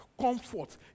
comfort